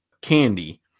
candy